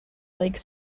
lake